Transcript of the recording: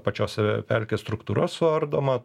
pačios pelkės struktūra suardoma